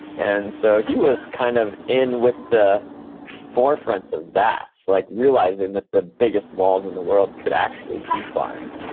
and so he was kind of in with the forefront of that, like realizing that the biggest walls in the world could actually be climbed.